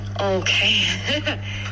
okay